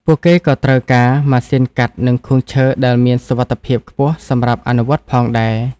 ពួកគេក៏ត្រូវការម៉ាស៊ីនកាត់និងខួងឈើដែលមានសុវត្ថិភាពខ្ពស់សម្រាប់អនុវត្តផងដែរ។